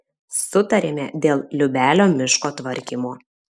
sutarėme dėl liubelio miško tvarkymo